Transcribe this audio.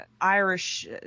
Irish